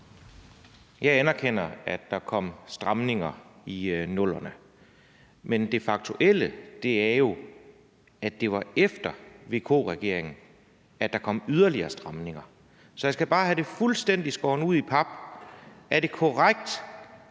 Jeg anerkender, at der kom stramninger i 00'erne, men det faktuelle er jo, at det var efter VK-regeringen, at der kom yderligere stramninger. Så jeg skal bare have det skåret fuldstændig ud i pap: Er det korrekt,